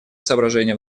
соображения